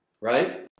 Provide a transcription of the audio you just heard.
right